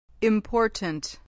Important